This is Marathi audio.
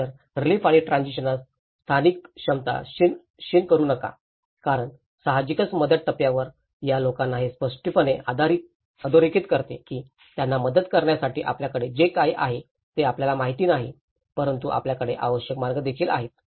नंतर रिलीफ आणि ट्रॅजिशनात स्थानिक क्षमता क्षीण करू नका कारण साहजिकच मदत टप्प्यावर या लोकांना हे स्पष्टपणे अधोरेखित करते की त्यांना मदत करण्यासाठी आपल्याकडे जे काही आहे ते आम्हाला माहित नाही परंतु आपल्याकडे आवश्यक मार्ग देखील आहेत